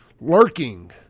lurking